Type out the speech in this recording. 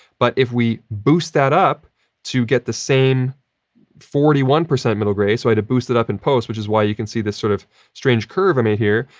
but, if we boost that up to get the same forty one percent middle grey, so i had to boost it up in post, which is why you can see the sort of strange curve i made here.